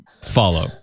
follow